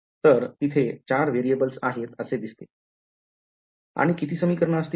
तर तिथे 4 variables आहेत असे दिसते आणि किती समिकरण असतील